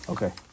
Okay